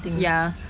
ya